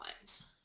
lines